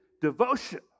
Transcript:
devotion